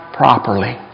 properly